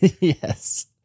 Yes